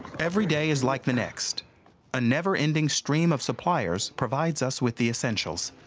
every day is like the next a never-ending stream of suppliers provides us with the essentials.